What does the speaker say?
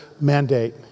mandate